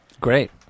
Great